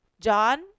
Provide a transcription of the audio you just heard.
John